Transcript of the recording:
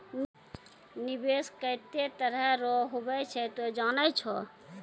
निवेश केतै तरह रो हुवै छै तोय जानै छौ